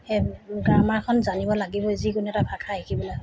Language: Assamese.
সেই গ্ৰামাৰখন জানিব লাগিবই যিকোনো এটা ভাষা শিকিবলৈ হ'লে